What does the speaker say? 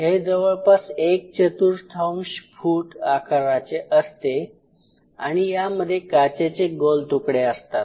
हे जवळपास एक चतुर्थांश फुट आकाराचे असते आणि यामध्ये काचेचे गोल तुकडे असतात